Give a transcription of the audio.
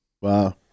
Wow